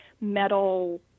metal